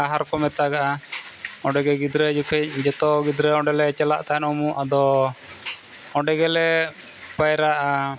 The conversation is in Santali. ᱰᱟᱦᱟᱨ ᱠᱚ ᱢᱮᱛᱟᱜᱼᱟ ᱚᱸᱰᱮ ᱜᱮ ᱜᱤᱫᱽᱨᱟᱹ ᱡᱚᱠᱷᱮᱡ ᱡᱚᱛᱚ ᱜᱤᱫᱽᱨᱟᱹ ᱚᱸᱰᱮ ᱞᱮ ᱪᱟᱞᱟᱜ ᱛᱟᱦᱮᱱ ᱩᱢᱩᱜ ᱟᱫᱚ ᱚᱸᱰᱮ ᱜᱮᱞᱮ ᱯᱟᱭᱨᱟᱜᱼᱟ